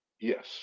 Yes